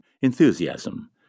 enthusiasm